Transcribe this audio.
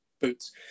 boots